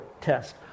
test